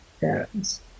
parents